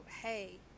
hey